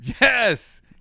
Yes